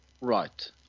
Right